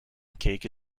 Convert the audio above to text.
cake